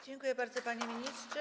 Dziękuję bardzo, panie ministrze.